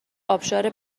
ابشار